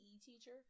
teacher